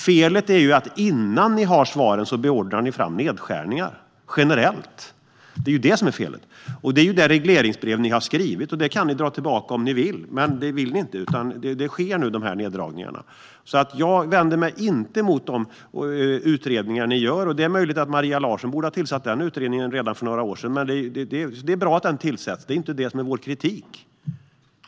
Felet är ju att innan ni har svaren beordrar ni fram nedskärningar generellt. Ni kan dra tillbaka det regleringsbrev som ni har skrivit, men det vill ni inte, så nu sker dessa neddragningar. Jag vänder mig inte emot de utredningar som ni gör. Det är möjligt att Maria Larsson borde ha tillsatt den utredningen redan för några år sedan, men det är bra att den nu tillsätts. Det är inte det som är vår kritik.